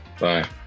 bye